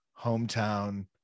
hometown